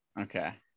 Okay